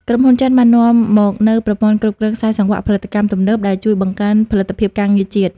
ក្រុមហ៊ុនចិនបាននាំមកនូវប្រព័ន្ធគ្រប់គ្រងខ្សែសង្វាក់ផលិតកម្មទំនើប ដែលជួយបង្កើនផលិតភាពការងារជាតិ។